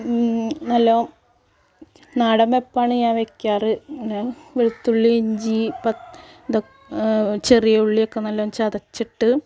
നല്ല നാടൻ വെപ്പാണ് ഞാൻ വയ്ക്കാറ് ഇങ്ങനെ വെളുത്തുള്ളി ഇഞ്ചി പ പ ചെറിയ ഉള്ളി ഒക്കെ നല്ലോണം ചതച്ചിട്ട്